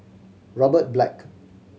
Robert Black